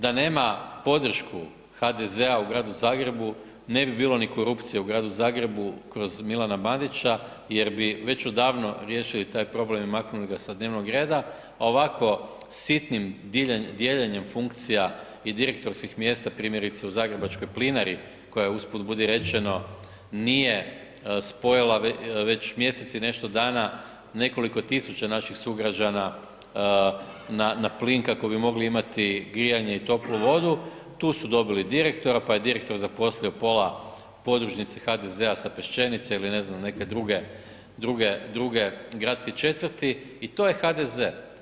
Da nema podršku HDZ-a u gradu Zagrebu, ne bi bilo ni korupcije u gradu Zagrebu kroz Milana Bandića jer bi već odavno riješili taj problem i maknuli ga sa dnevnog reda, a ovako sitnim dijeljenjem funkcija i direktorskih mjesta primjerice, u zagrebačkoj Plinari koja je, usput, budi rečeno, nije spojila već mjesec i nešto dana nekoliko tisuća naših sugrađana na plin kako bi mogli imati grijanje i toplu vodu, tu su dobili direktora, pa je direktor zaposlio pola podružnice HDZ-a sa Peščenice ili ne znam, neke druge gradske četvrti i to je HDZ.